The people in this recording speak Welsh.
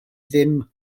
ddim